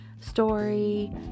story